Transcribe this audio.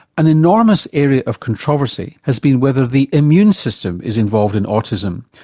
an enormous area of controversy has been whether the immune system is involved in autism,